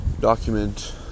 document